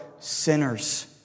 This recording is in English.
Sinners